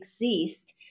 exist